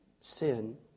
sin